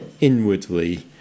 inwardly